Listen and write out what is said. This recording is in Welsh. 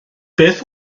beth